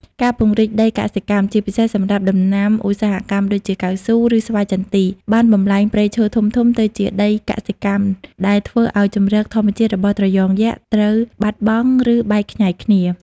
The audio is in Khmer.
ការពង្រីកដីកសិកម្ម ជាពិសេសសម្រាប់ដំណាំឧស្សាហកម្ម ដូចជាកៅស៊ូ ឬស្វាយចន្ទី បានបំប្លែងព្រៃឈើធំៗទៅជាដីកសិកម្ម ដែលធ្វើឲ្យជម្រកធម្មជាតិរបស់ត្រយងយក្សត្រូវបាត់បង់ ឬបែកខ្ញែកគ្នា។